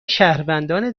شهروندان